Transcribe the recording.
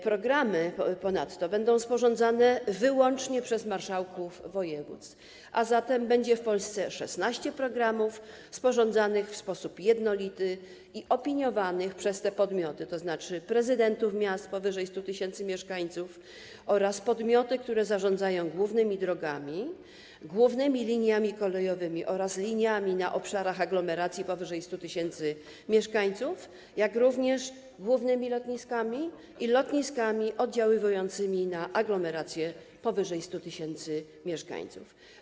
Programy będą sporządzane wyłącznie przez marszałków województw, a zatem będzie w Polsce 16 programów sporządzanych w sposób jednolity i opiniowanych przez te podmioty, tzn. prezydentów miast powyżej 100 tys. mieszkańców oraz podmioty, które zarządzają głównymi drogami, głównymi liniami kolejowymi oraz liniami na obszarach aglomeracji powyżej 100 tys. mieszkańców, jak również głównymi lotniskami i lotniskami oddziaływającymi na aglomeracje powyżej 100 tys. mieszkańców.